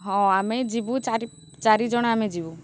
ହଁ ଆମେ ଯିବୁ ଚାରି ଚାରିଜଣ ଆମେ ଯିବୁ